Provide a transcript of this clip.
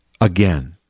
again